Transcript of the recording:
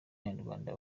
abanyarwanda